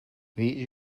wie